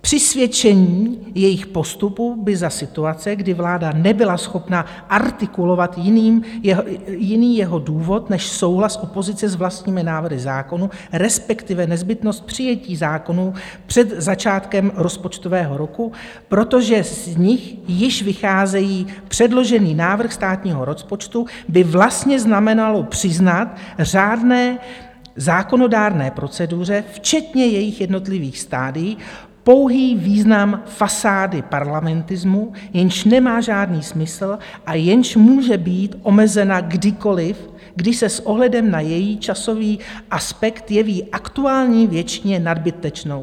Přisvědčení jejich postupu by za situace, kdy vláda nebyla schopna artikulovat jiný jeho důvod než souhlas opozice s vlastními návrhy zákonů, respektive nezbytnost přijetí zákonů před začátkem rozpočtového roku, protože z nich již vycházejí předložený návrh státního rozpočtu, by vlastně znamenalo přiznat řádné zákonodárné proceduře včetně jejích jednotlivých stadií pouhý význam fasády parlamentismu , jenž nemá žádný smysl a jež může být omezena kdykoliv, kdy se s ohledem na její časový aspekt jeví aktuální většině nadbytečnou.